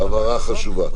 הבהרה חשובה.